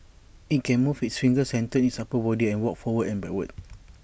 IT can move its fingers and turn its upper body and walk forward and backward